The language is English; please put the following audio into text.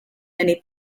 many